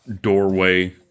doorway